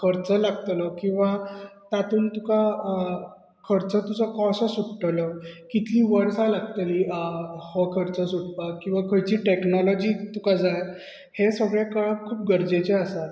खर्च लागतलो किंवां तातूंत तुका खर्च तुजो कसो सुट्टलो कितलीं वर्सां लागतली हो खर्च सुटपाक किेंवां खंयची टॅकनोलोजी तुका जाय हे सगळें कळप खूब गरजेचे आसा